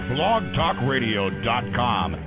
Blogtalkradio.com